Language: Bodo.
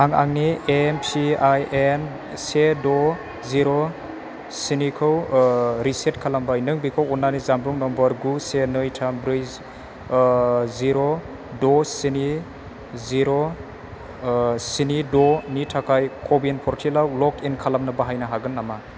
आं आंनि एमपिआइएन से द' जिर' स्निखौ रिसेट खालामबाय नों बेखौ अन्नानै जानबुं नम्बर गु से नै थाम ब्रै जिर' द' स्नि जिर' स्नि द'नि थाखाय क' विन पर्टेलाव लगइन खालामनो बाहायनो हागोन नामा